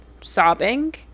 sobbing